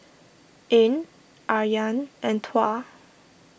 Ain Aryan and Tuah